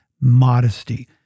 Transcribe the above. modesty